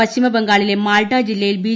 പശ്ചിമബംഗാളിലെ മാൾഡ ജില്ലയിൽ ബി